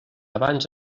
abans